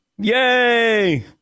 Yay